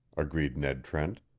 agreed ned trent.